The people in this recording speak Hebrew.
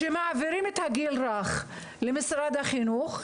כשמעבירים את הגיל הרך למשרד החינוך,